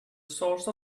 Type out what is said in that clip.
source